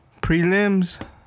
prelims